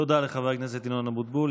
תודה לחבר הכנסת ינון אזולאי.